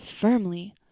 firmly